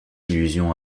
illusion